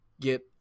get